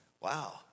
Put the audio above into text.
Wow